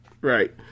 right